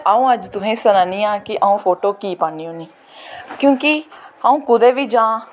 अऊं तसें अज सनानियां की अऊं फोटो की पान्नी होन्नी क्योंकि अऊं कुतै बी जां